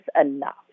enough